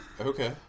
Okay